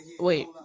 wait